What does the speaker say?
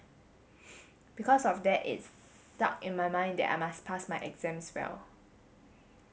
because of that it stuck in my mind that I must pass my exams well